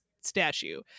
statue